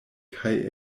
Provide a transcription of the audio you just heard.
kaj